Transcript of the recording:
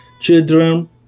children